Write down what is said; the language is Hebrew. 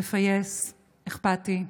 מפייס ואכפתי,